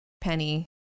Penny